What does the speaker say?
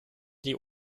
die